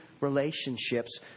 relationships